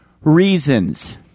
reasons